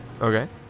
Okay